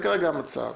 וזה כרגע המצב.